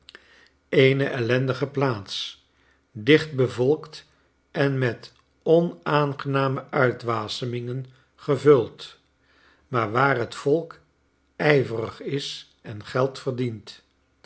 eene ellendige plaats dicht bevolkt en met onaangename uitwasemingen gevuld maar waar het volk ijverig is en geld verdient